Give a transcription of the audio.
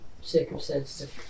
circumstances